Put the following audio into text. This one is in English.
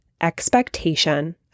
expectation